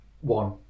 One